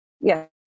yes